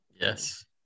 Yes